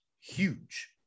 huge